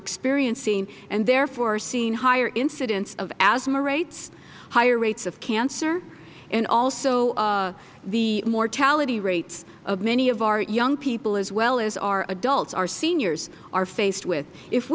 experiencing and therefore are seeing higher incidence of asthma rates higher rates of cancer and also the mortality rates of many of our young people as well as our adults our seniors are faced with if